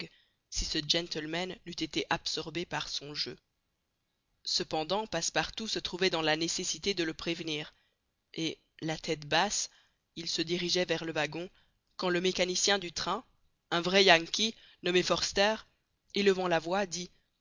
si ce gentleman n'eût été absorbé par son jeu cependant passepartout se trouvait dans la nécessité de le prévenir et la tête basse il se dirigeait vers le wagon quand le mécanicien du train un vrai yankee nommé forster élevant la voix dit